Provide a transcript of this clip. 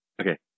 Okay